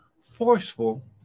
forceful